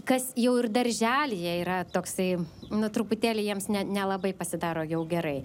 kas jau ir darželyje yra toksai nu truputėlį jiems nelabai pasidaro jau gerai